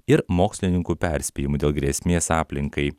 ir mokslininkų perspėjimų dėl grėsmės aplinkai